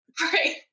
Right